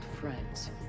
friends